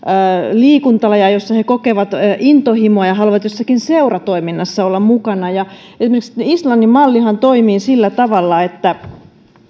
liikuntalajeja joihin he kokevat intohimoa ja haluavat jossakin seuratoiminnassa olla mukana esimerkiksi islannin mallihan toimii sillä tavalla että